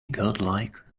godlike